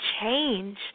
change